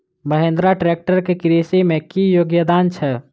Mahindra tractor केँ कृषि मे की योगदान छै?